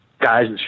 guys